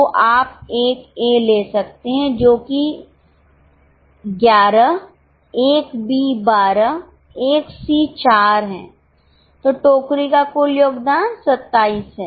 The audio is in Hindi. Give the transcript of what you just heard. तो आप 1 ए ले सकते हैं जो कि 11 1 बी 12 1 सी 4 है तो टोकरी का कुल योगदान 27 है